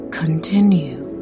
continue